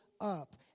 up